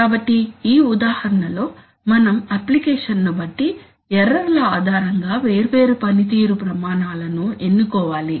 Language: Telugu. కాబట్టి ఈ ఉదాహరణలలో మనం అప్లికేషన్ను బట్టి ఎర్రర్ ల ఆధారంగా వేర్వేరు పనితీరు ప్రమాణాలను ఎన్నుకోవాలి